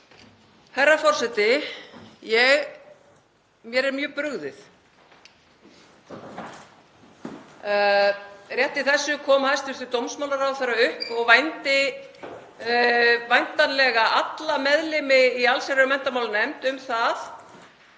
Herra forseti. Mér er mjög brugðið. Rétt í þessu kom hæstv. dómsmálaráðherra upp og vændi væntanlega alla meðlimi í allsherjar- og menntamálanefnd um það